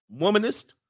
womanist